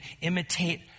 imitate